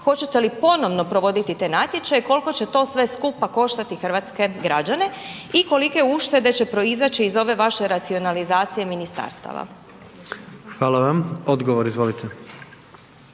Hoćete li ponovno provoditi te natječaje, koliko će to sve skupa koštati hrvatske građane i kolike uštede će proizaći iz ove vaše racionalizacije ministarstava? **Jandroković,